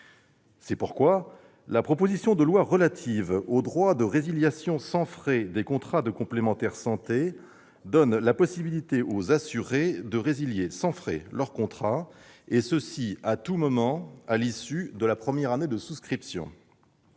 C'est pourquoi la proposition de loi relative au droit de résiliation sans frais de contrats de complémentaire santé, donne la possibilité aux assurés de résilier sans frais leurs contrats, et ce à tout moment à l'issue de la première année de souscription.